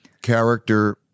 Character